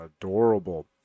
adorable